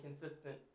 consistent